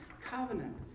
covenant